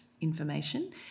information